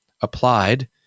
applied